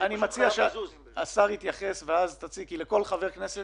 אני מציע שהשר יתייחס ואז תציג, כי לכל חבר כנסת